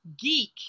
geek